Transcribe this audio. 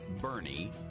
Bernie